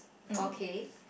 okay